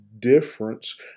difference